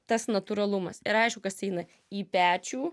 tas natūralumas ir aišku kas eina į pečių